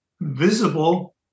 visible